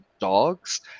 dogs